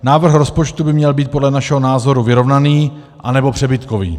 Návrh rozpočtu by měl být podle našeho názoru vyrovnaný, anebo přebytkový.